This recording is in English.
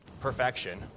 perfection